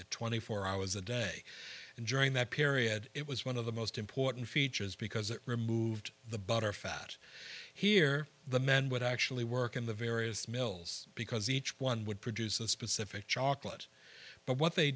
at twenty four hours a day and during that period it was one of the most important features because it removed the butterfat here the men would actually work in the various mills because each one would produce a specific chocolate but what they